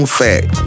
fact